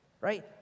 right